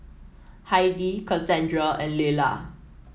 Heidi Kassandra and Leyla